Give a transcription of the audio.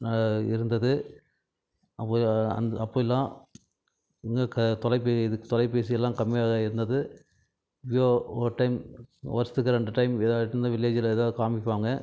இருந்தது அப்போ தான் அந்த அப்போயெல்லாம் இங்கே தொலைபே இது தொலைபேசியெல்லாம் கம்மியாக இருந்தது இது ஒரு டைம் வருஷத்துக்கு ரெண்டு டைம் எதா ஆயிட்டுனால் வில்லேஜில் தான் காண்மிக்குவாங்க